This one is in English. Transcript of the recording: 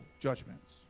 judgments